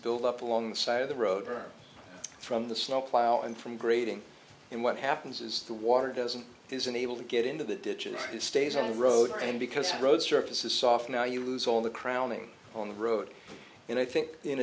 build up along side of the road from the snowplow and from grading and what happens is the water doesn't isn't able to get into the ditch and it stays on the road and because road surface is soft now you lose all the crowning on the road and i think in